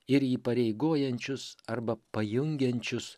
ir įpareigojančius arba pajungiančius